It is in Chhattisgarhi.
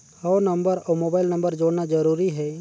हव नंबर अउ मोबाइल नंबर जोड़ना जरूरी हे?